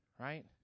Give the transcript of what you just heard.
right